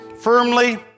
Firmly